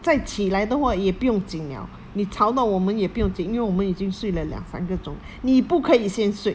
再起来的话也不用紧了你吵到我们也不用紧因为我们已经睡了两三个钟你不可以先睡